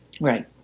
Right